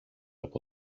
από